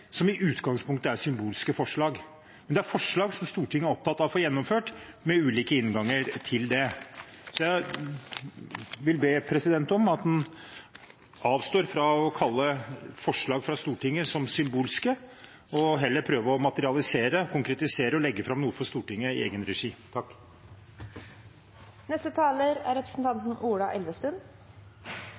som i utgangspunktet er symbolske forslag. Det er forslag som Stortinget er opptatt av å få gjennomført, med ulike innganger til det. Så jeg vil be om at man avstår fra å kalle forslag fra Stortinget symbolske, og heller prøver å materialisere, konkretisere og legge fram noe for Stortinget i egen regi. Jeg er enig med siste taler